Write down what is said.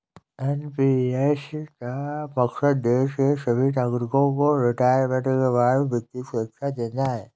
NPS का मकसद देश के सभी नागरिकों को रिटायरमेंट के बाद वित्तीय सुरक्षा देना है